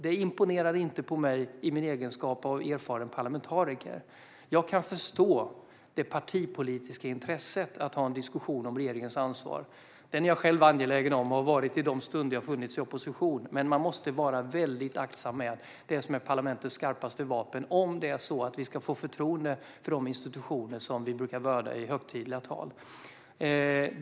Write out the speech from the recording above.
Det imponerar inte på mig i egenskap av erfaren parlamentariker. Jag kan förstå det partipolitiska intresset i att ha en diskussion om regeringens ansvar. Den är jag själv angelägen om, och har varit i de stunder jag befunnit mig i opposition, men man måste vara väldigt aktsam med det som är parlamentets skarpaste vapen om vi ska få förtroende för de institutioner vi brukar vörda i högtidliga tal.